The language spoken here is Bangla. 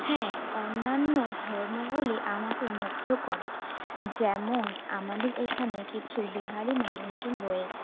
হ্যাঁ অন্যান্য ধর্মগুলি আমাকে মুগ্ধ করে যেমন আমাদের এখানে কিছু বিহারি মানুষজন রয়েছে